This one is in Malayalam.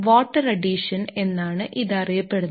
വാട്ടർ അഡിഷൻ എന്നാണ് ഇത് അറിയപ്പെടുന്നത്